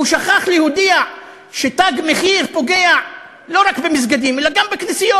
הוא שכח להודיע ש"תג מחיר" פוגע לא רק במסגדים אלא גם בכנסיות.